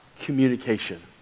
communication